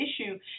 issue